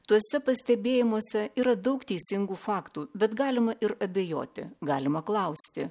tuose pastebėjimuose yra daug teisingų faktų bet galima ir abejoti galima klausti